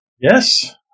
Yes